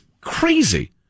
crazy